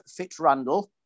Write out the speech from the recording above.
FitzRandall